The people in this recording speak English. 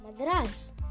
Madras